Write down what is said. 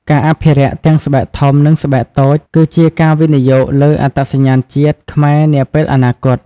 ការអភិរក្ស ទាំងស្បែកធំនិងស្បែកតូចគឺជាការវិនិយោគលើ អត្តសញ្ញាណជាតិ ខ្មែរនាពេលអនាគត។